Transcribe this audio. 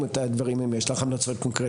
את הדברים אם יש לך המלצות קונקרטיות.